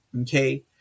okay